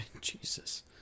Jesus